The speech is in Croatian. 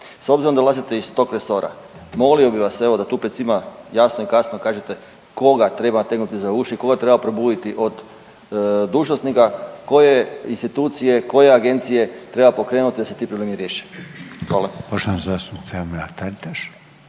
S obzirom da dolazite iz tog resora, molio bih vas evo da tu pred svima jasno i glasno kažete, koga treba nategnuti za uši, koga treba probuditi od dužnosnika, koje institucije, koje agencije treba pokrenuti da se ti problemi riješe?